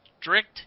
strict